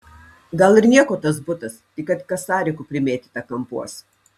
gal ir nieko tas butas tik kad kasarikų primėtyta kampuos